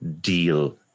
deal